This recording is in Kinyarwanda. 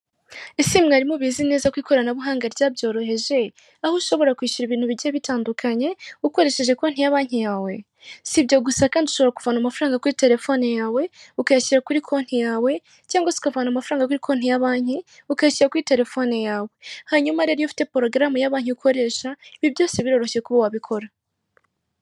Ese mwari mubizi neza ko ikoranabuhanga ryabyoroheje aho ushobora kwishyura ibintu bigiye bitandukanye ukoresheje konti ya banki yawe? Si ibyo gusa kandi ushobora kuvana amafaranga kuri telefone yawe ukayashyira kuri konti yawe cyangwa se ukavana amafaranga konti ya banki ukayashyira kuri telefone yawe; hanyuma rero iyo ufite porogaramu ya banki ukoresha ibi byose biroroshye kuba wabikora.